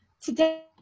today